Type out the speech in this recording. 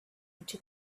into